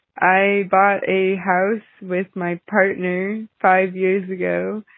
i bought a house with my partner five years ago.